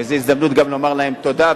וזאת הזדמנות גם לומר להם תודה,